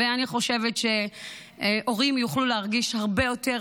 ואני חושבת שהורים יוכלו להרגיש הרבה יותר